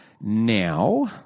Now